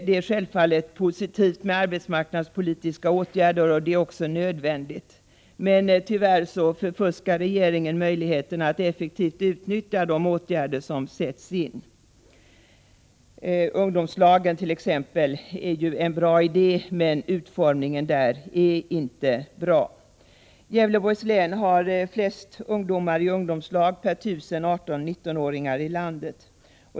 Det är självfallet positivt med arbetsmarknadspolitiska åtgärder och även nödvändigt, men tyvärr förfuskar regeringen möjligheterna att effektivt utnyttja de åtgärder som sätts in. Ungdomslagen är en bra idé, men utformningen av dem är inte bra. Gävleborgs län har flest ungdomar i ungdomslag per tusen 18-19-åringar i landet.